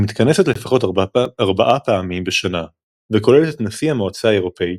היא מתכנסת לפחות ארבע פעמים בשנה וכוללת את נשיא המועצה האירופית,